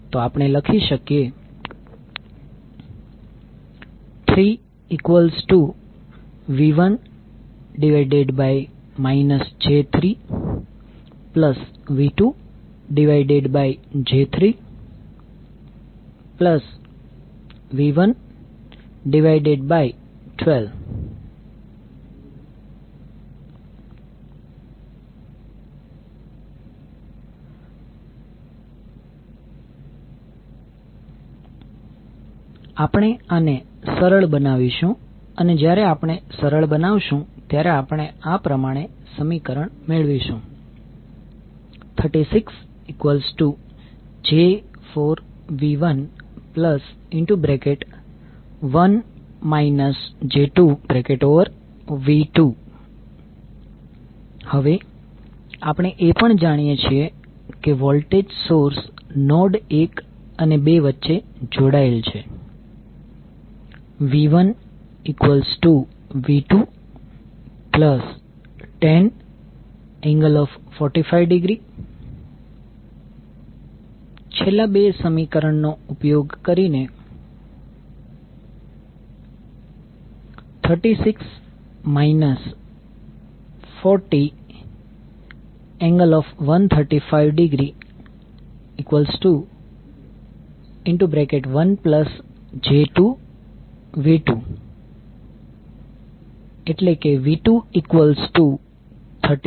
આપણે લખી શકીએ 3V1 j3V2j3V112 આપણે આને સરળ બનાવીશું અને જ્યારે આપણે સરળ બનાવશું ત્યારે આપણે આ પ્રમાણે સમીકરણ મેળવીશું 36j4V1V2 હવે આપણે એ પણ જાણીએ છીએ કે વોલ્ટેજ સોર્સ નોડ 1 અને 2 વચ્ચે જોડાયેલ છે V1V210∠45° છેલ્લા બે સમીકરણ નો ઉપયોગ કરીને 36 40∠135°1j2V2V231